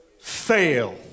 fail